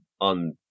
on